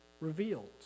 revealed